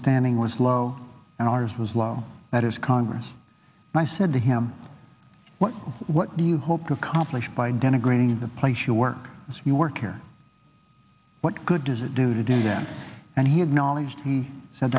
standing was low and ours was low that is congress and i said to him what do you hope to accomplish by denigrating the place you work as you work here what good does it do to do that and he had knowledge he said